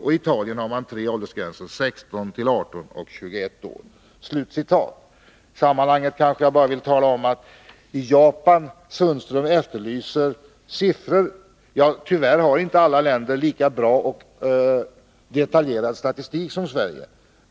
I Italien har man tre åldersgränser — 16, 18 och 21 år.” Sten-Ove Sundström efterlyser siffror. Tyvärr har inte alla länder lika bra och detaljerad statistik som Sverige.